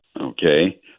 Okay